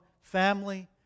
family